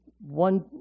one